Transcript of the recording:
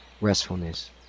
restfulness